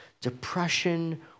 depression